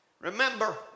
Remember